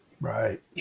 Right